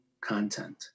content